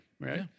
right